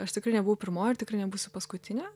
aš tikrai nebuvau pirmoji ir tikrai nebūsiu paskutinė